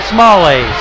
Smalley